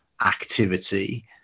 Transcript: activity